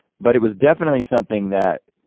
but it was definitely something that,